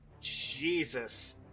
Jesus